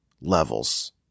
levels